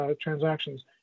transactions